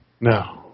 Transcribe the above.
No